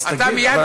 אתה מייד, אז תגיד.